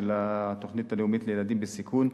של התוכנית הלאומית לילדים בסיכון,